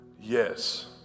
yes